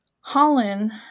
Holland